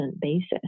basis